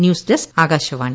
news desk Akashvani